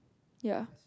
ya